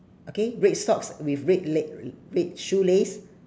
okay red socks with red leg r~ red shoelace